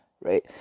right